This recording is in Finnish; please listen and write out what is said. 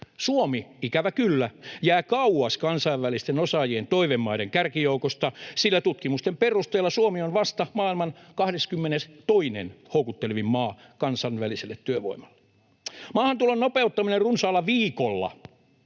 Suomi ikävä kyllä jää kauas kansainvälisten osaajien toivemaiden kärkijoukosta, sillä tutkimusten perusteella Suomi on vasta maailman 22:nneksi houkuttelevin maa kansainväliselle työvoimalle. Maahantulon nopeuttaminen runsaalla viikolla